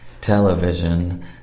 television